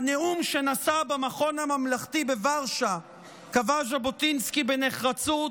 בנאום שנשא במכון הממלכתי בוורשה קבע ז'בוטינסקי נחרצות: